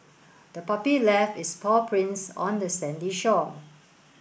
the puppy left its paw prints on the sandy shore